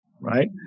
right